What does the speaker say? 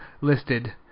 listed